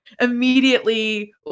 immediately